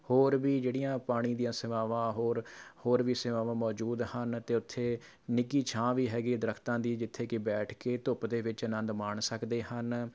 ਹੋਰ ਵੀ ਜਿਹੜੀਆਂ ਪਾਣੀ ਦੀਆਂ ਸੇਵਾਵਾਂ ਹੋਰ ਹੋਰ ਵੀ ਸੇਵਾਵਾਂ ਮੌਜੂਦ ਹਨ ਅਤੇ ਉੱਥੇ ਨਿੱਘੀ ਛਾਂ ਵੀ ਹੈਗੀ ਦਰੱਖਤਾਂ ਦੀ ਜਿੱਥੇ ਕਿ ਬੈਠ ਕੇ ਧੁੱਪ ਦੇ ਵਿੱਚ ਆਨੰਦ ਮਾਣ ਸਕਦੇ ਹਨ